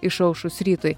išaušus rytui